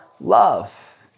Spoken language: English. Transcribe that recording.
love